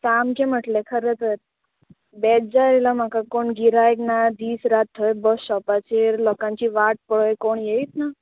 सामकें म्हटलें खरें तर बेज्जार येयलो म्हाका कोण गिरायक ना दीस रात थंय बस शॉपाचेर लोकांची वाट पळय कोण येयत ना